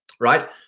right